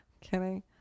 Kidding